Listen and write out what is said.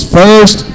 first